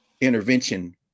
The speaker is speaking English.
intervention